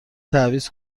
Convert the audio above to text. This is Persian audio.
تعویض